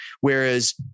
whereas